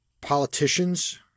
politicians